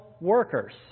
workers